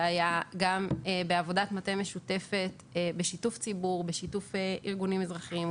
והיה גם בעבודת מטה משותפת בשיתוף ציבור וארגונים אזרחיים.